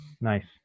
nice